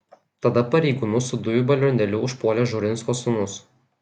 tada pareigūnus su dujų balionėliu užpuolė žurinsko sūnus